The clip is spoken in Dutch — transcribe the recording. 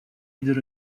ieder